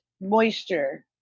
moisture